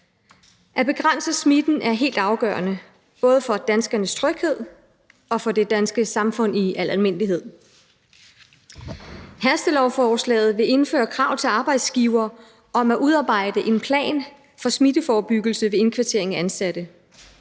At begrænse smitten er helt afgørende både for danskernes tryghed og for det danske samfund i al almindelighed. Hastelovforslaget vil indføre krav til arbejdsgivere om at udarbejde en plan for smitteforebyggelse ved indkvartering af ansatte.